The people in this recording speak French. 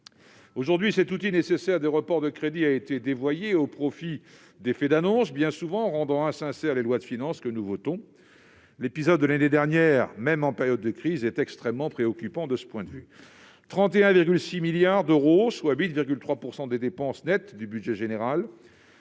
Aujourd'hui, l'outil nécessaire que constituent les reports de crédits a été dévoyé au profit d'effets d'annonce, rendant insincères les lois de finances que nous votons. L'épisode de l'année dernière, même en période de crise, est extrêmement préoccupant de ce point de vue. Ainsi, des crédits de 31,6 milliards d'euros, soit 8,3 % des dépenses nettes du budget général,